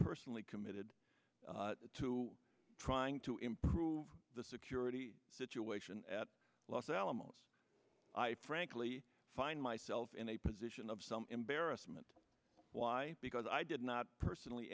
personally committed to trying to improve the security situation at los alamos i frankly find myself in a position of some embarrassment why because i did not personally